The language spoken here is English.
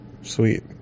Sweet